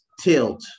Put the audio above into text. tilt